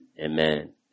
Amen